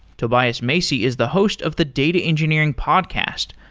tobias macey is the host of the data engineering podcast,